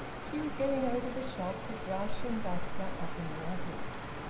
she was getting over the shock with brush and duster up in the attics.